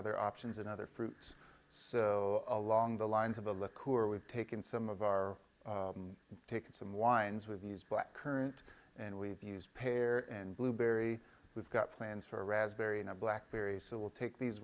other options and other fruits so along the lines of a look cooler we've taken some of our taken some wines with these black current and we've used pear and blueberry we've got plans for raspberry and black berries so we'll take these